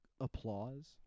applause